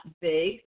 big